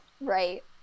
right